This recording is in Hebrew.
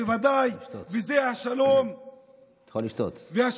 בוודאי, וזה השלום והשוויון.